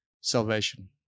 salvation